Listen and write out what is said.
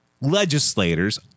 legislators